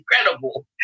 incredible